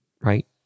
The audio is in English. right